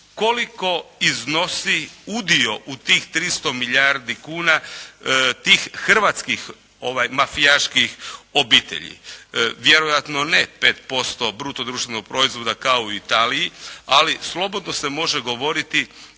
koliko iznosi udio u tih 300 milijardi kuna, tih hrvatskih mafijaških obitelji. Vjerojatno ne 5% bruto društvenog proizvoda kao i u Italiji, ali slobodno se može govoriti